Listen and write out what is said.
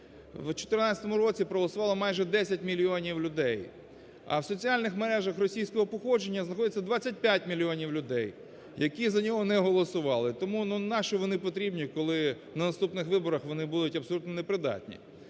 в 2014 році проголосувало майже 10 мільйонів людей, а в соціальних мережах російського походження знаходиться 25 мільйонів людей, які за нього не голосували, тому нащо вони потрібні, коли на наступних виборах вони будуть абсолютно непридатні.